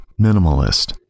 minimalist